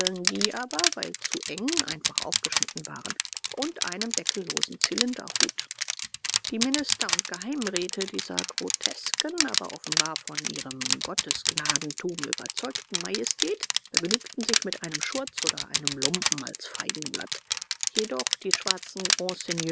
die aber weil zu eng einfach aufgeschnitten waren und einem deckellosen zylinderhut die minister und geheimräte dieser grotesken aber offenbar von ihrem gottesgnadentum überzeugten majestät begnügten sich mit einem schurz oder einem lumpen als feigenblatt jedoch die schwarzen